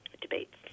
debates